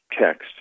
text